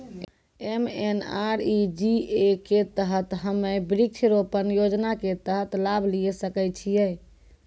MNREGA के तहत हम्मय वृक्ष रोपण योजना के तहत लाभ लिये सकय छियै?